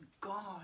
God